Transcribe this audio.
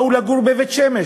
באו לגור בבית-שמש.